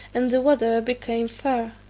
and the weather became fair.